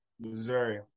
Missouri